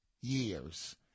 years